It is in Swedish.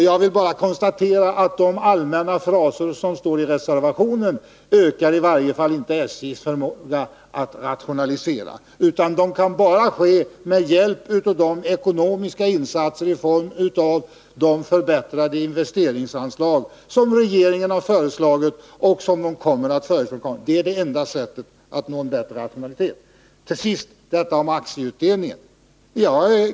Jag bara konstaterar att de allmänna fraser som står i reservationen ökar i varje fall inte SJ:s förmåga att rationalisera, utan det kan bara ske med hjälp av ekonomiska insatser i form av de förbättrade investeringsanslag som regeringen har föreslagit och kommer att föreslå. Till sist detta om aktieutdelningen.